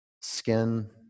skin